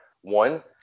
one